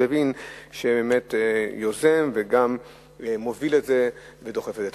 לוין שבאמת יוזם וגם מוביל את זה ודוחף את זה.